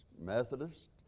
Methodist